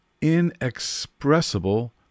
inexpressible